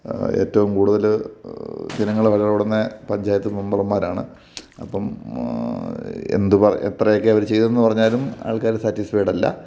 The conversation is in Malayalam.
ഏറ്റവും കൂടുതൽ ജനങ്ങൾ പഞ്ചായത്ത് മെമ്പർമാരാണ് അപ്പം എന്തു പറഞ്ഞ് എത്രയൊക്കെ അവർ ചെയ്തെന്ന് പറഞ്ഞാലും ആൾക്കാർ സാറ്റിസ്ഫൈഡല്ല